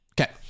Okay